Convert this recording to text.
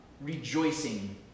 rejoicing